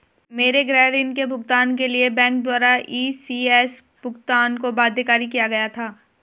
मेरे गृह ऋण के भुगतान के लिए बैंक द्वारा इ.सी.एस भुगतान को बाध्यकारी किया गया था